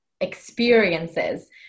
experiences